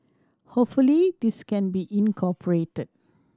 hopefully this can be incorporated